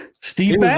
Steve